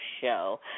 Show